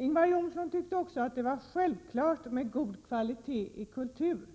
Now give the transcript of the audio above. Ingvar Johnsson tyckte också att det var självklart med god kvalitet när det gäller kultur.